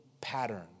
pattern